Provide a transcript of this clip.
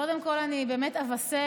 קודם כול, אני באמת אבשר